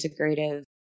integrative